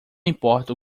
importo